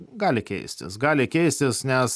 gali keistis gali keistis nes